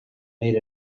made